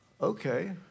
Okay